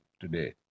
today